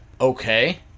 Okay